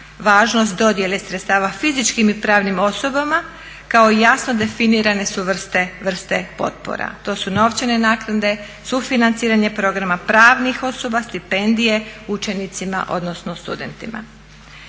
važnost dodjele sredstava fizičkim i pravnim osobama kao i jasno definirane su vrste potpora. To su novčane naknade, sufinanciranje programa pravnih osoba, stipendije učenicima odnosno studentima.